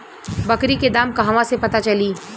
बकरी के दाम कहवा से पता चली?